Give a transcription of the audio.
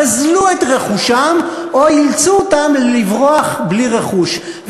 גזלו את רכושם או אילצו אותם לברוח בלי רכושם,